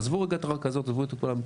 עזבו רגע את רכזות, עזבו את כולם.